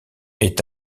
est